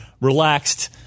relaxed